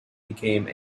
became